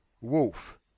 Wolf